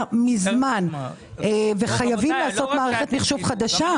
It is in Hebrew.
מזמן וחייבים לעשות מערכת מחשוב חדשה.